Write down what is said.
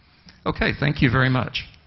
okay, thank you very much.